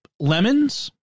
Lemons